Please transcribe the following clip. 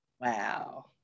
wow